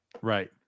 right